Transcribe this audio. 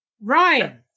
Ryan